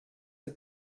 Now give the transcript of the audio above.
the